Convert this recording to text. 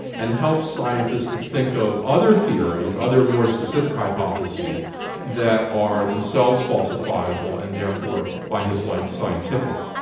and helps scientists to think of other theories, other more specific hypotheses that are themselves falsifiable and therefore by his lights, scientific.